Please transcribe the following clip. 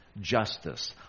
justice